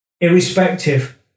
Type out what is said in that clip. Irrespective